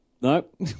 Nope